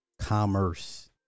commerce